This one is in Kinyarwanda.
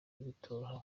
bitoroha